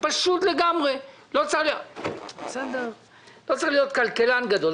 פשוט לגמרי, לא צריך להיות כלכלן גדול.